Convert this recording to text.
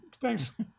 thanks